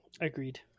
Agreed